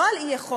לא על אי-יכולת,